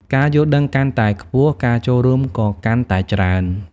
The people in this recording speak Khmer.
ការយល់ដឹងកាន់តែខ្ពស់ ការចូលរួមក៏កាន់តែច្រើន។